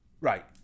Right